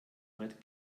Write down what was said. brett